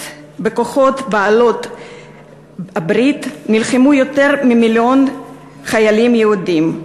ובכוחות בעלות-הברית נלחמו יותר ממיליון חיילים יהודים,